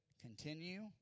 Continue